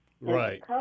Right